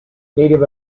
native